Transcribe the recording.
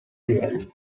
livello